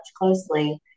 closely